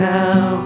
now